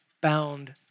bound